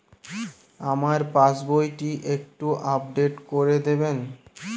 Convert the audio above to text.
আমার পাসবই টি একটু আপডেট করে দেবেন?